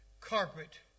carpet